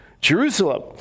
Jerusalem